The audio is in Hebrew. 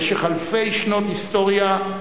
במשך אלפי שנות היסטוריה,